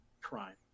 crime